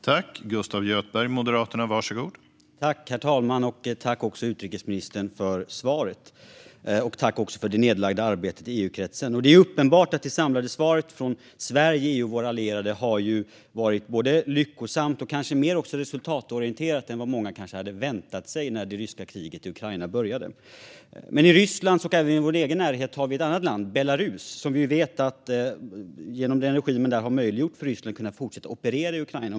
Herr talman! Tack för svaret och för det arbete som uträttats i EU-kretsen, utrikesministern! Det är uppenbart att det samlade svaret från Sverige, EU och våra allierade har varit lyckosamt och kanske mer resultatorienterat än vad många väntade sig när det ryska kriget i Ukraina började. Men i Rysslands och även vår egen närhet finns ett annat land, Belarus, där vi vet att regimen har möjliggjort för Ryssland att fortsätta operera i Ukraina.